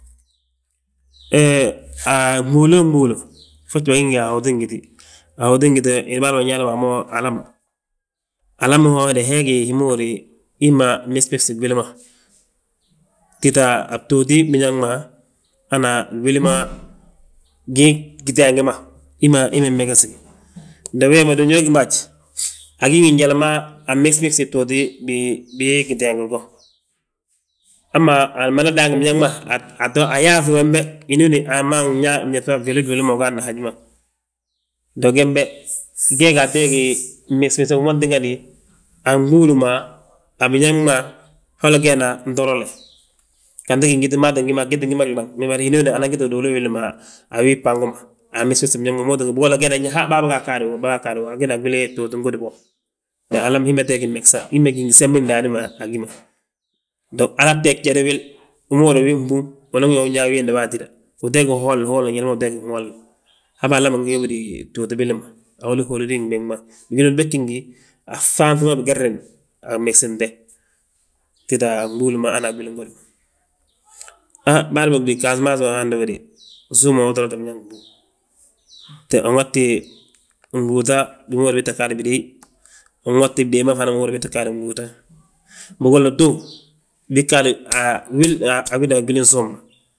He a fngúuloolo fngúul fo ugí nga ahotin gíti. Ahotin gíti hi ma bânyaana bo a mo alama. Alami ho he de, hi ma yigi hi ma megsi megsi gwili ma. Tita a btootin biñaŋ ma, hana a gwili ma gii giteengi ma, hi ma hi mee mmegesi gi ndi we gí mo haj agí ngi njali ma, anmegsi megsi btooti bii giteengi go. hamma amada daangi biñaŋ ma, ayaaŧu wembe hinooni aman ñaa gtan fli fli ma ugaadni haji ma. Dog gembe geegi ateeg megsi megsina wi ma tíngani, a fngúuli ma, a biñaŋ ma, holi geenan toorale, ganti gingiti maa gii ttin gí mo glaŋ. Me bari hínooni anan giti uduulu willi ma, a wii gbango ma, a gimegsi megsi biñaŋ ma wi ma tingani bigolla ngeenan yaa han bâabegaa ggaadi wo, baa ggaadi wo, ginan gwili gtooti gudi bo. Me alam hi mee teeg megsa hi ma hi gí ngi sembi ndaani a gi ma. Dong halaa tteeg jédi wil wi ma húri yaa wii fnbúŋ, unan wi yaa nyaa, unyaa wi, wiinde wa atída. Uteeg holi hole njali ma uteeg holle, habe alamin ngi yóbodi btooti billi ma, aholir holirni fnɓigi ma. Biginooni bég gi ngi a fŧafi ma bigerini, a fmegsinte, títa a fngúuli ma hana gwilin gudi ma, han bân bóg de gasamas wo hando de. Súm wo toorat biñaŋ fnbúŋ, te wi ŋati gbúuta bigi ma húrin yaa bii tta gaadi bidéey, ŋati bidée ma húrin yaa bii tta ggaadi gbúuta. Bigolla tów bii tta gaadi wil a wina gwilin súm ma.